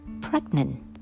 pregnant